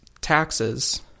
taxes